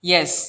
Yes